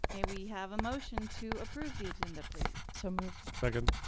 may we have a motion to approve the agenda, please? so moved. second.